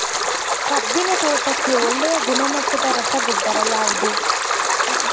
ಕಬ್ಬಿನ ತೋಟಕ್ಕೆ ಒಳ್ಳೆಯ ಗುಣಮಟ್ಟದ ರಸಗೊಬ್ಬರ ಯಾವುದು?